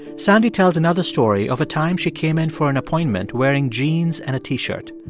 sandy tells another story of a time she came in for an appointment wearing jeans and a t-shirt.